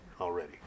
already